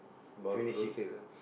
about rotate ah